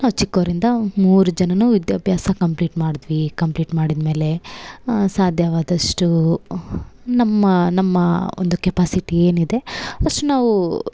ನಾವು ಚಿಕ್ಕೋರಿಂದ ಮೂರು ಜನ ವಿದ್ಯಾಭ್ಯಾಸ ಕಂಪ್ಲೀಟ್ ಮಾಡಿದ್ವಿ ಕಂಪ್ಲೀಟ್ ಮಾಡಿದಮೇಲೆ ಸಾಧ್ಯವಾದಷ್ಟು ನಮ್ಮ ನಮ್ಮ ಒಂದು ಕೆಪಾಸಿಟಿ ಏನು ಇದೆ ಅಷ್ಟು ನಾವೂ